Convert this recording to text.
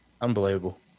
Unbelievable